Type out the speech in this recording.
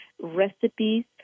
Recipes